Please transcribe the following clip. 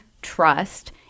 trust